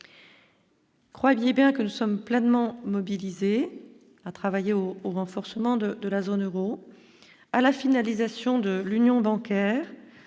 Croyez bien que nous sommes pleinement mobilisés à travailler au renforcement de la zone Euro à la finalisation de l'union bancaire